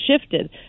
shifted